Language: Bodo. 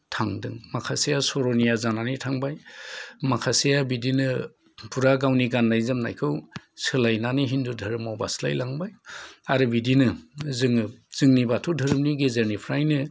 थांदों माखासे सर'निया जानानै थांबाय माखासेया बिदिनो फुरा गावनि गाननाय जोमनायखौ सोलायनानै फुरा हिन्दु धोरोमाव बास्लायलांबाय आरो बिदिनो जोङो जोंनि बाथौ धोरोमनि गेजेरनिफ्रायनो